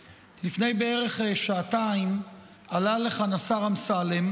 לפני בערך שעתיים עלה לכאן השר אמסלם,